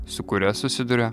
su kuria susiduria